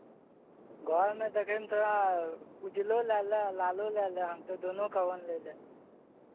घरमे देखयमे तोरा उजलो लए लह आ लालो लए लह हम तऽ दुनू कहबनि लै लेल